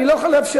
אני לא אוכל לאפשר.